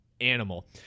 Animal